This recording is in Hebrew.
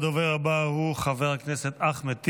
הדובר הבא הוא חבר הכנסת אחמד טיבי,